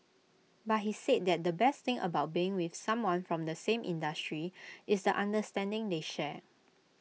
but he said that the best thing about being with someone from the same industry is the understanding they share